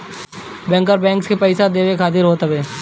bankers bank, bank के पईसा देवे खातिर होत हवे